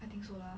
I think so lah